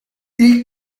i̇lk